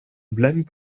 blême